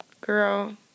Girl